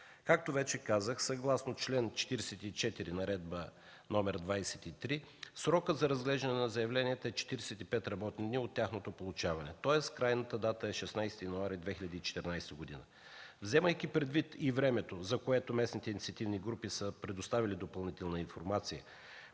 Както вече казах, съгласно чл. 44, Наредба № 23 срокът за разглеждане на заявленията е 45 работни дни от тяхното получаване, тоест крайната дата е 16 януари 2014 г. Вземайки предвид и времето, за което местните инициативни групи са предоставили допълнителна информация,